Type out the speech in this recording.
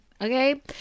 okay